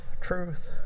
truth